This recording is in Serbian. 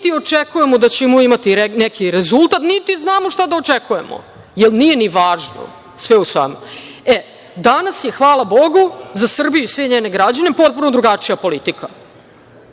niti očekujemo da ćemo imati neki rezultat, niti znamo šta da očekujemo, jer nije ni važno, sve u svemu. Danas je, hvala Bogu, za Srbiju i sve njene građane potpuno drugačija politika.